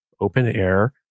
open-air